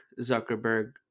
Zuckerberg